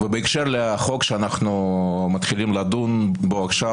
בהקשר לחוק שאנחנו מתחילים לדון בו עכשיו,